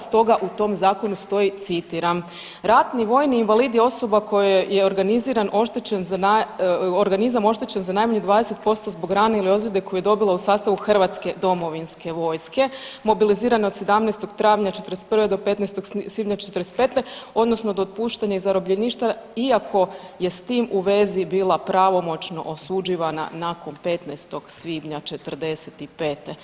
Stoga u tom zakonu stoji, citiram, ratni vojni invalid je osoba kojoj je organizam oštećen za najmanje 20% zbog rane ili ozlijede koju je dobila u sastavu hrvatske domovinske vojske mobilizirane od 17. travnja '41. do 15. svibnja '45. odnosno do puštanja iz zarobljeništva iako je s tim u vezi bila pravomoćno osuđivana nakon 15. svibnja '45.